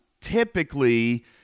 typically